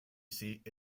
seat